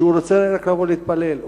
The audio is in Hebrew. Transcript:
שהוא רוצה לבוא להתפלל?